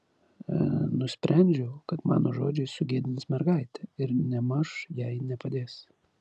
nusprendžiau kad mano žodžiai sugėdins mergaitę ir nėmaž jai nepadės